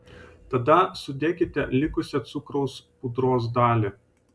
tada sudėkite likusią cukraus pudros dalį